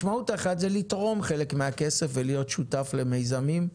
משמעות אחת היא לתרום חלק מהכסף ולהיות שותף למיזמים,